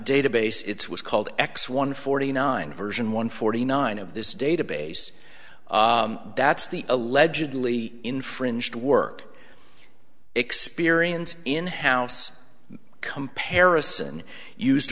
database it's what's called x one forty nine version one forty nine of this database that's the allegedly infringed work experience in house comparison used